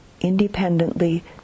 independently